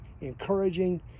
encouraging